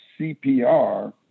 CPR